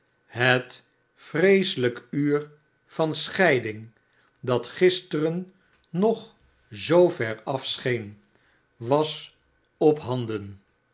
het vreeselijk tiur van scheiding dat gisteren nog zoo veraf scheen was ophanden